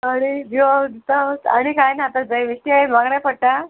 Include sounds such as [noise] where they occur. [unintelligible] आनी कांय ना जवीशें बरें पडटा